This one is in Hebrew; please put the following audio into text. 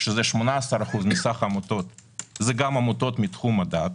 18% מסך העמותות, זה גם עמותות מתחום הדת,